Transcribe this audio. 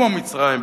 כמו מצרים,